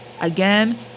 Again